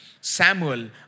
Samuel